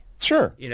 Sure